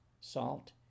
salt